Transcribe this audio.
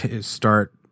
start